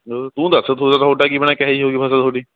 ਤੂੰ ਦੱਸ ਤੂੰ ਦੱਸ ਤੁਹਾਡਾ ਕੀ ਬਣਿਆ ਕਿਹੋ ਜਿਹੀ ਹੋਈ ਫਸਲ ਤੁਹਾਡੀ